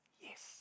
Yes